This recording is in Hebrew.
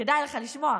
כדאי לך לשמוע.